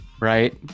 right